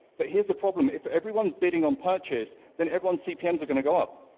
but here's the problem. if everyone's bidding on purchase, then everyone cpms are going to go up.